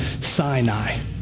Sinai